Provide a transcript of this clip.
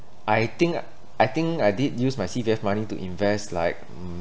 I think I think I did use my C_P_F money to invest like